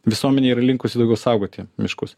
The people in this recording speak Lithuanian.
visuomenė yra linkusi daugiau saugoti miškus